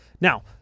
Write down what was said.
Now